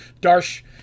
Darsh